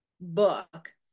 book